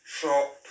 shop